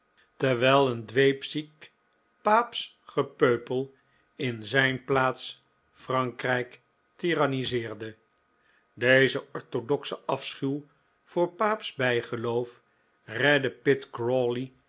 terwijl een dweepziek paapsch gepeupel in zijn plaats frankrijk tiranniseerde deze orthodoxe afschuw voor paapsch bijgeloof redde